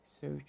search